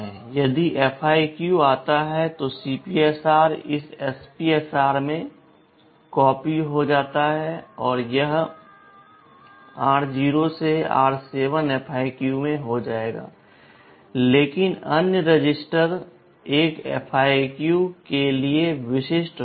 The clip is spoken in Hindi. यदि FIQ आता है तो CPSR इस SPSR में कॉपी हो जाता है और यह r0 to r7 FIQ में हो जाएगा लेकिन अन्य रजिस्टर एक FIQ के लिए विशिष्ट होंगे